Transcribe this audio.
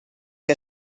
que